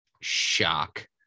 shock